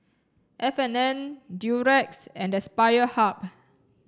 F and N Durex and Aspire Hub